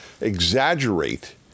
exaggerate